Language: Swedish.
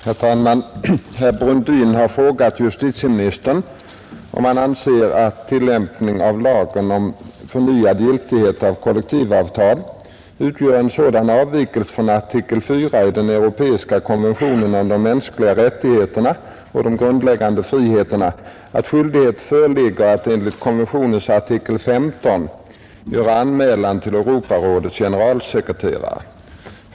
Herr talman! Herr Brundin har frågat justitieministern om han anser att tillämpningen av lagen om förnyad giltighet av kollektivavtal utgör en sådan avvikelse från artikel 4 i den europeiska konventionen om de mänskliga rättigheterna och de grundläggande friheterna att skyldighet föreligger att enligt konventionens artikel 15 göra anmälan till Europarådets generalsekreterare.